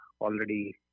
already